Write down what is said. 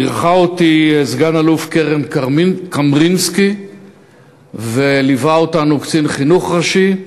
אירחה אותי סגן-אלוף קרן קמרינסקי וליווה אותנו קצין חינוך ראשי.